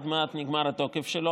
עוד מעט נגמר התוקף שלו,